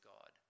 God